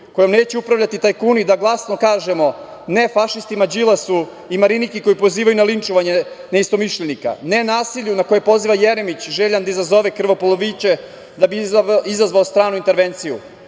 kojom neće upravljati tajkuni, da glasno kažemo ne fašistima Đilasu i Mariniki koji pozivaju na linčovanje neistomišljenika, ne nasilju na koje poziva Jeremić, željan da izazove krvoproliće da bi izazvao stranu intervenciju,